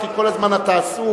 כי כל הזמן אתה עסוק.